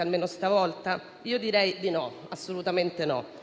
almeno stavolta? Io direi di no, assolutamente no.